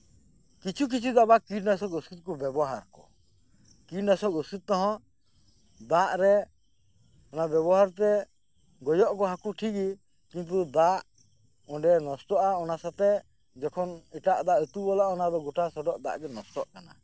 ᱠᱤᱪᱷᱩ ᱠᱤᱪᱷᱩ ᱫᱚ ᱟᱵᱟᱨ ᱠᱤᱴᱱᱟᱥᱚᱠ ᱚᱥᱩᱫᱷ ᱠᱩ ᱵᱮᱵᱚᱦᱟᱨᱟᱠᱩ ᱠᱤᱴᱱᱟᱥᱚᱠ ᱚᱥᱩᱫᱷ ᱛᱮᱦᱚᱸ ᱫᱟᱜ ᱨᱮ ᱚᱱᱟ ᱵᱮᱵᱚᱦᱟᱨ ᱛᱮ ᱜᱚᱡᱚᱜ ᱟᱠᱩ ᱦᱟᱠᱩ ᱴᱷᱤᱠ ᱜᱤ ᱠᱤᱱᱛᱩ ᱫᱟᱜ ᱚᱸᱰᱮ ᱱᱚᱥᱴᱚᱜᱼᱟ ᱚᱱᱟᱥᱟᱛᱮᱜ ᱡᱚᱠᱷᱚᱱ ᱮᱴᱟᱜ ᱫᱟᱜ ᱟᱛᱳ ᱵᱚᱞᱚᱜ ᱟ ᱟᱫᱚ ᱜᱚᱴᱟ ᱥᱚᱰᱚᱜ ᱫᱟᱜ ᱜᱤ ᱱᱚᱥᱴᱚᱜ ᱠᱟᱱᱟ